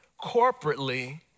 corporately